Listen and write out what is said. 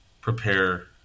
prepare